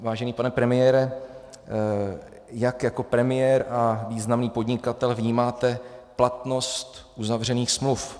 Vážený pane premiére, jak jako premiér a významný podnikatel vnímáte platnost uzavřených smluv?